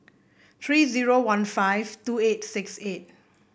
three zero one five two eight six eight